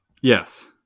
Yes